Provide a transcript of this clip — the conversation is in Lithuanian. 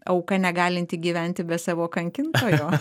auka negalinti gyventi be savo kankintojo